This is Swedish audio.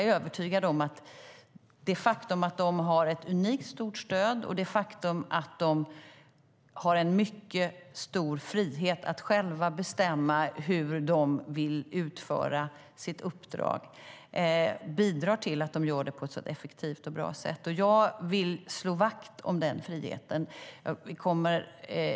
Jag är övertygad om att det faktum att de har ett unikt stort stöd och det faktum att de har en mycket stor frihet att själva bestämma hur de vill utföra sitt uppdrag bidrar till att de gör det på ett så effektivt och bra sätt. Jag vill slå vakt om den friheten.